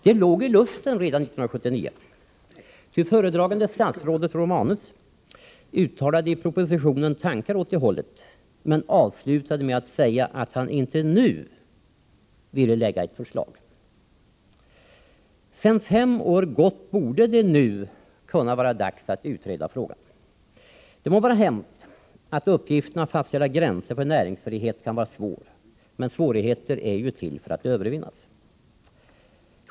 Det låg i luften redan 1979, ty föredragande statsrådet Romanus uttalade i propositionen tankar åt det hållet, men avslutade med att säga att han inte då ville lägga fram ett förslag. Efter det att fem år gått borde det nu kunna vara dags att utreda frågan. Det må vara hänt att uppgiften att fastställa gränser för näringsfrihet kan vara svår, men svårigheter är till för att övervinnas.